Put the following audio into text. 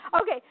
Okay